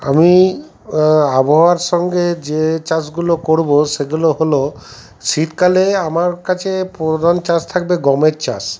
আমি আবহাওয়ার সঙ্গে যে চাষগুলো করবো সেগুলো হল শীতকালে আমার কাছে প্রধান চাষ থাকবে গমের চাষ